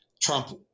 Trump